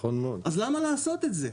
אז למה לעשות את זה?